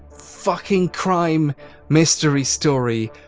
fucking crime mystery story.